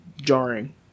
jarring